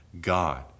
God